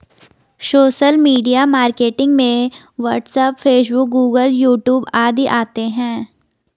social media marketing में WhatsApp Facebook Google YouTube आदि आते है